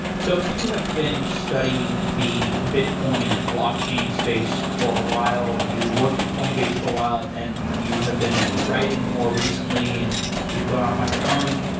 so you have been studying the bitcoin and blockchain space for a while. you worked at coinbase for a while and then you have been writing more recently and you've gone off on your own.